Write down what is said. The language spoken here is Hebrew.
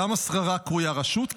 למה שררה קרויה רשות?